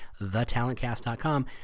thetalentcast.com